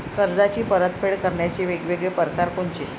कर्जाची परतफेड करण्याचे वेगवेगळ परकार कोनचे?